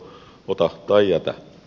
ota tai jätä